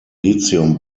lithium